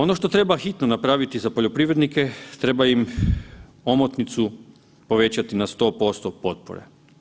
Ono što treba hitno napraviti za poljoprivrednike, treba im omotnicu povećati na 100% potpore.